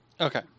Okay